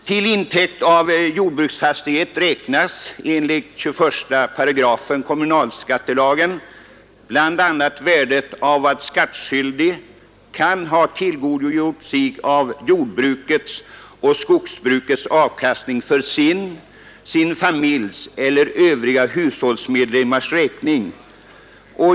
Till intäkt av jordbruksfastighet räknas enligt 21 § kommunalskattelagen bl.a. värdet av vad skattskyldig kan ha tillgodogjort sig av jordbrukets och skogsbrukets avkastning för sin, sin familjs eller övriga hushållsmedlemmars räkning.